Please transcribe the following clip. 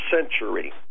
century